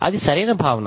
అది సరైన భావన